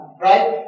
right